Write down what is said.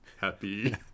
happy